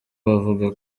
bavuga